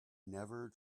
never